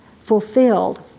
fulfilled